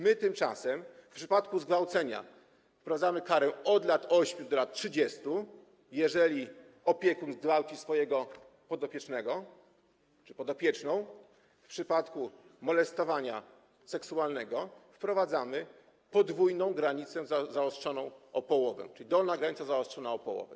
My tymczasem, w przypadku zgwałcenia wprowadzamy karę od lat 8 do lat 30, jeżeli opiekun zgwałci swojego podopiecznego czy podopieczną, w przypadku molestowania seksualnego wprowadzamy podwójną granicę zaostrzoną o połowę, czyli dolna granica jest zaostrzona o połowę.